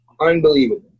Unbelievable